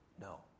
No